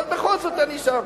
אבל בכל זאת אני שם,